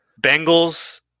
Bengals